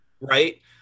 right